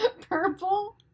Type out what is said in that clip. Purple